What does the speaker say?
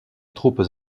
troupes